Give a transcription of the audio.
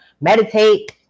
meditate